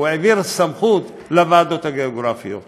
הוא העביר סמכות לוועדות הגיאוגרפיות.